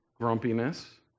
grumpiness